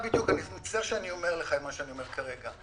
אני מצטער שאני אומר לך את מה שאני אומר כרגע,